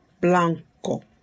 Blanco